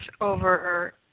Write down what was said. over